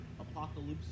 apocalypse